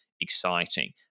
exciting